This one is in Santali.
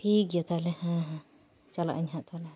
ᱴᱷᱤᱠ ᱜᱮᱭᱟ ᱛᱟᱦᱞᱮ ᱦᱮᱸ ᱦᱮᱸ ᱪᱟᱞᱟᱜ ᱟᱹᱧ ᱦᱟᱸᱜ ᱛᱟᱦᱚᱞᱮ